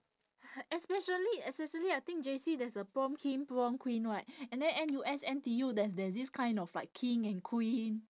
especially especially I think J_C there's a prom king prom queen right and then N_U_S N_T_U there's there's this kind of like king and queen